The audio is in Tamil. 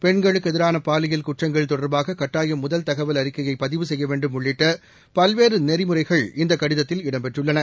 பெண்களுக்கு எதிரான பாலியல் குற்றங்கள் தொடர்பாக கட்டாயம் முதல் தகவல் அறிக்கையை பதிவு செய்ய வேண்டும் என்பது உள்ளிட்ட பல்வேறு நெறிமுறைகள் இந்த கடிதத்தில் இடம் பெற்றுள்ளன